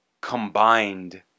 combined